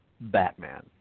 Batman